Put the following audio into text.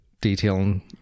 detailing